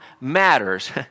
matters